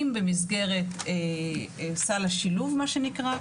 אם במסגרת סל השילוב מה שנקרא,